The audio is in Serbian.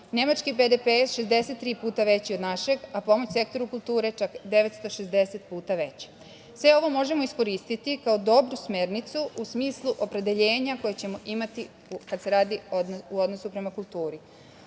Nemački BDP je 63 puta veći od našeg, a pomoć sektoru kulture čak 960 puta veći. Sve ovo možemo iskoristiti kao dobru smernicu u smislu opredeljenja koje ćemo imati kad se radi o odnosu prema kulturi. Ova